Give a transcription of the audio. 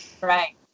Right